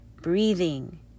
breathing